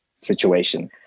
situation